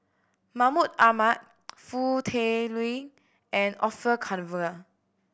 Mahmud Ahmad Foo Tui Liew and Orfeur Cavenagh